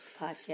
podcast